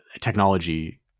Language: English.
technology